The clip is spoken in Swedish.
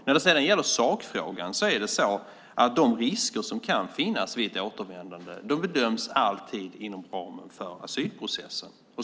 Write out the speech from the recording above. När det sedan gäller sakfrågan är det så att de risker som kan finnas vid ett återvändande alltid bedöms inom ramen för asylprocessen.